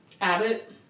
Abbott